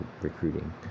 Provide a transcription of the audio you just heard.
recruiting